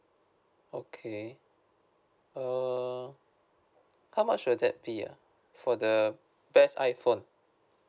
okay err how much will that be ah for the best iphone